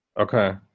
Okay